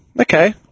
okay